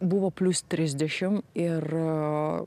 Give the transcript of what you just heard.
buvo plius trisdešim ir